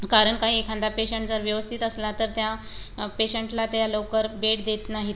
कारण का एखादा पेशंट जर व्यवस्थित असला तर त्या पेशंटला त्या लवकर बेड देत नाहीत